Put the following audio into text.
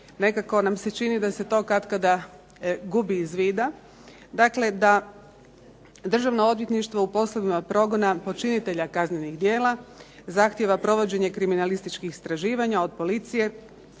Nekako nam se čini da se to katkada gubi iz vida, dakle da Državno odvjetništvo u poslovima progona počinitelja kaznenih djela zahtijeva provođenje kriminalističkih istraživanja od policije,